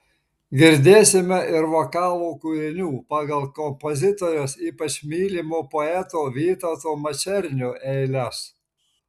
girdėsime ir vokalo kūrinių pagal kompozitorės ypač mylimo poeto vytauto mačernio eiles